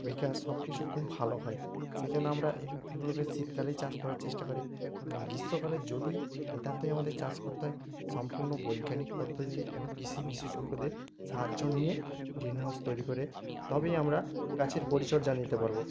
বিকাশ সব কিছু খুব ভালো হয় সেই জন্য আমরা এইগুলোকে শীতকালেই চাষ করার চেষ্টা করি এবং গ্রীষ্মকালে যদি নিতান্তই আমাদের চাষ করতে হয় সম্পূর্ণ বৈজ্ঞানিক পদ্ধতিতে এবং কৃষি বিশেষজ্ঞদের সাহায্য নিয়ে গ্রীন হাউস তৈরি করে তবেই আমরা গাছের পরিচর্যা নিতে পারবো